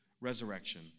resurrection